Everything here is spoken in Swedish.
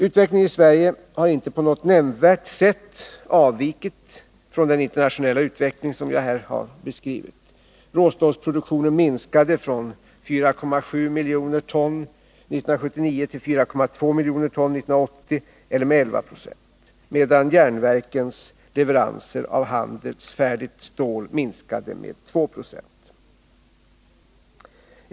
Utvecklingen i Sverige har inte på något nämnvärt sätt avvikit från den internationella utveckling som jag här har beskrivit. Råstålsproduktionen minskade från 4,7 miljoner ton 1979 till 4,2 miljoner ton 1980 eller med 11 20, medan järnverkens leveranser av handelsfärdigt stål minskade med 2 9.